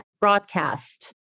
broadcast